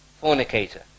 fornicator